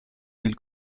mil